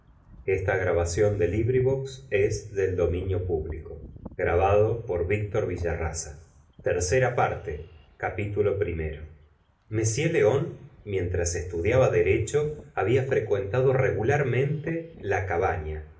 i m león mientras estudiaba derecho había frecuentado regularmente la cabaña